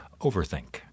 overthink